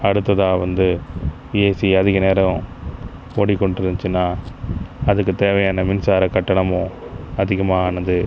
அடுத்ததாக வந்து ஏசி அதிக நேரம் ஓடிக் கொண்டுருந்திச்சுனா அதுக்குத் தேவையான மின்சார கட்டணமும் அதிகமாக ஆனது